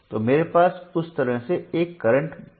तो मेरे पास उस तरह से एक करंट बह रहा है